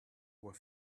were